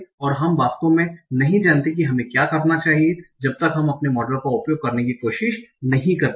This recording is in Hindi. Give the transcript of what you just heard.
और हम वास्तव में नहीं जानते कि हमें क्या करना चाहिए जब तक हम अपने मॉडल का उपयोग करने की कोशिश नहीं करते हैं